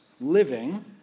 living